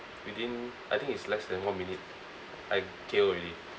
within I think it's less than one minute I K_O already